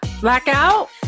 Blackout